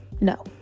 No